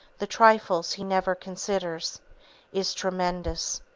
the trifles he never considers is tremendous.